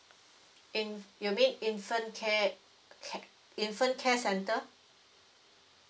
in~ you mean infant care ca~ infant care centre